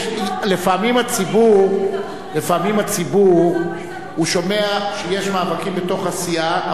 לפעמים הציבור שומע שיש מאבקים בתוך הסיעה,